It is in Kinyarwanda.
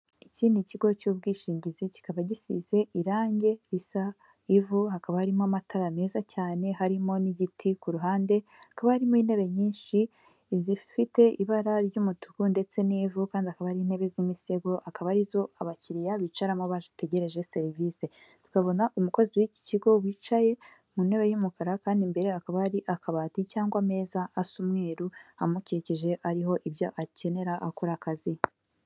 Iki ni ikigo cy'ubwishingizi kikaba gisize irangi risa ivu hakaba harimo amatara meza cyane harimo n'igiti ku ruhande hakaba harimo intebe nyinshi izifite ibara ry'umutuku ndetse n'ivu kandi akaba ari intebe z'imisego akaba arizo abakiriya bicaramo bategereje serivisi . Tukabona umukozi w'iki kigo wicaye mu ntebe y'umukara kandi imbere akaba ari akabati cyangwa ameza asamweruru amukikije ariho ibyo akenera akora akazi.